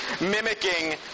mimicking